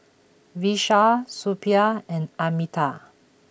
Vishal Suppiah and Amitabh